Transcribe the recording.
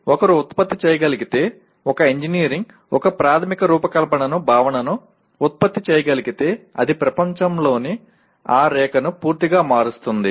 ఒకరు ఉత్పత్తి చేయగలిగితే ఒక ఇంజనీర్ ఒక ప్రాథమిక రూపకల్పన భావనను ఉత్పత్తి చేయగలిగితే అది ప్రపంచంలోని ఆ రేఖను పూర్తిగా మారుస్తుంది